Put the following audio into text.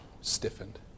stiffened